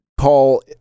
call